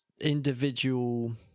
individual